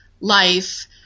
life